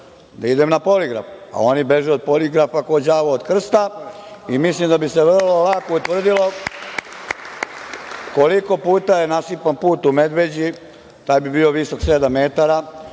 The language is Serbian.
da idem na poligraf, a oni beže od poligrafa kao đavo od krsta i mislim da bi se veoma lako utvrdilo koliko puta je nasipan put u Medveđi, taj bi bio visok sedam metara,